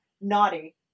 naughty